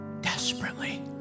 desperately